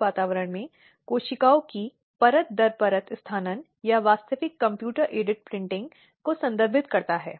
का कारण बनता है क्रूरता शब्द के भीतर आता है